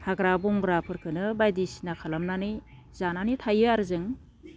हाग्रा बांग्राफोरखोनो बायदिसिना खालामनानै जानानै थायो आरो जों